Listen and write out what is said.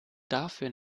dafür